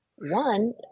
one